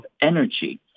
energy